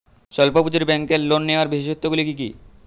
স্বল্প পুঁজির ব্যাংকের লোন নেওয়ার বিশেষত্বগুলি কী কী?